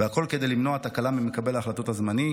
והכול כדי למנוע תקלה ממקבל ההחלטות הזמני,